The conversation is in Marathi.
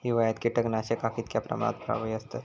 हिवाळ्यात कीटकनाशका कीतक्या प्रमाणात प्रभावी असतत?